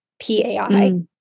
P-A-I